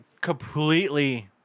completely